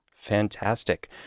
Fantastic